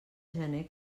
gener